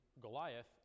Goliath